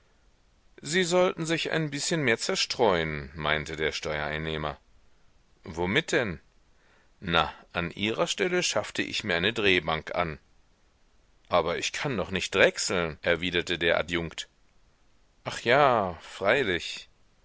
sie sollten sich ein bißchen mehr zerstreuen meinte der steuereinnehmer womit denn na an ihrer stelle schaffte ich mir eine drehbank an aber ich kann doch nicht drechseln erwiderte der adjunkt ach ja freilich